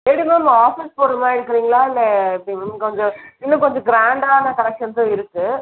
எப்படி ma'am office போடுற மாதிரி எடுக்குறீங்களா இல்லை எப்படி மேம் கொஞ்சம் இன்னும் கொஞ்சம் க்ராண்டான கலெக்ஷன்ஸ்ஸும் இருக்குது